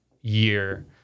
year